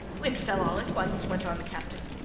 wind fell all at once, went on the captain.